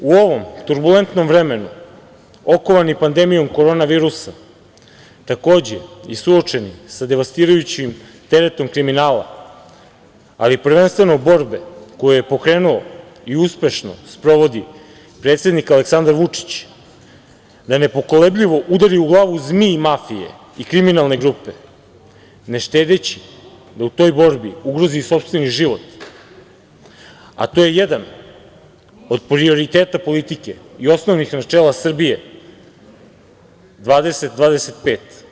U ovom turbulentnom vremenu, okovani pandemijom korona virusa, takođe suočeni i sa devastirajućim teretom kriminala, ali prvenstveno borbe koju je pokrenuo i uspešno sprovodi predsednik Aleksandar Vučić, da nepokolebljivo udari u glavu zmiji mafije i kriminalne grupe, ne štedeći da u toj borbi ugrozi i sopstveni život, a to je jedan od prioriteta politike i osnovnih načela „Srbije 2025“